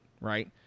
right